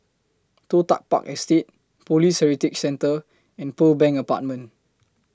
Toh Tuck Park Estate Police Heritage Centre and Pearl Bank Apartment